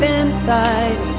inside